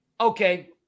okay